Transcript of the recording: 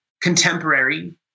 contemporary